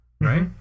right